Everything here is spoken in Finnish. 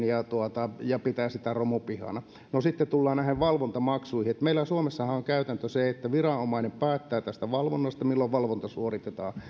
ja hän pitää sitä romupihana no sitten tullaan näihin valvontamaksuihin meillä suomessahan on käytäntö se että viranomainen päättää tästä valvonnasta milloin valvonta suoritetaan